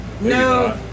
no